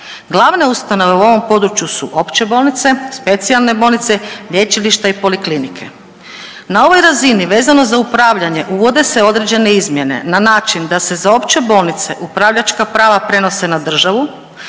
Glavne ustanove u ovom području su opće bolnice, specijalne bolnice, lječilišta i poliklinike. Na ovoj razini vezano za upravljanje uvode se određene izmjene na način da se za opće bolnice upravljačka prava prenose na državu,